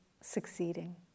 succeeding